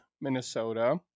Minnesota